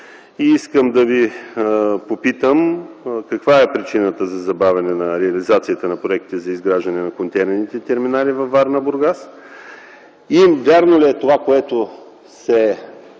и искам да Ви попитам: каква е причината за забавяне на реализацията на проектите за изграждане на контейнерните терминали във Варна и Бургас? Вярно ли е това, което се